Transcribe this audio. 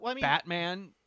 Batman